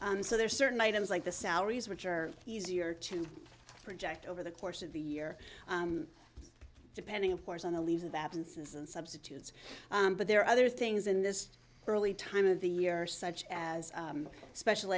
land so there are certain items like the salaries which are easier to project over the course of the year depending of course on the leaves of absence and substitutes but there are other things in this early time of the year such as special